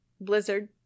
Blizzard